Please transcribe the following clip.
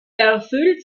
erfüllt